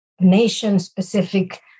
nation-specific